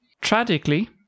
Tragically